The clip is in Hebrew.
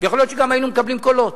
ויכול להיות שגם היינו מקבלים קולות.